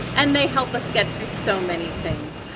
and they help us get so many things.